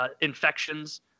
infections